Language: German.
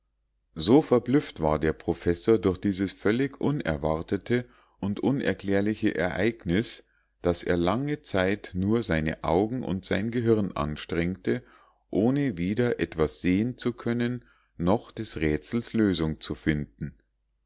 so verblüfft war der professor durch dieses völlig unerwartete und unerklärliche ereignis daß er lange zeit nur seine augen und sein gehirn anstrengte ohne weder etwas sehen zu können noch des rätsels lösung zu finden